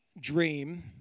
dream